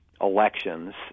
elections